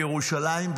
בירושלים,